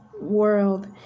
world